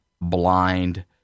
blind